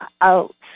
out